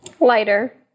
Lighter